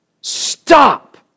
Stop